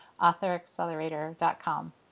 authoraccelerator.com